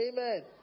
Amen